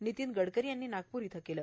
नितीन गडकरी यांनी नागपूर येथे केले